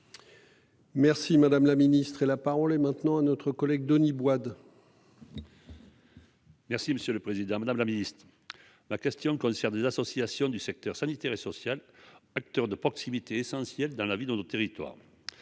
Merci madame la ministre et la parole est maintenant à notre collègue Denis Bois-d'. Merci, monsieur le Président Madame la Ministre. La question sert des associations du secteur sanitaire et social. Acteurs de proximité essentiel dans la vie dans nos territoires.